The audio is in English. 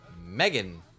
Megan